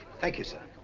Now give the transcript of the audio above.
thank you, sir.